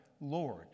Lord